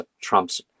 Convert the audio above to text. Trump's